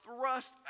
thrust